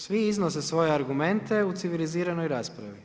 Svi iznose svoje argumente u civiliziranoj raspravi.